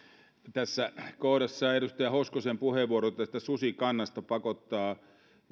tässä kohdassa edustaja hoskosen puheenvuoro susikannasta pakottaa